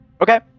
Okay